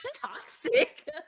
Toxic